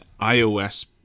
ios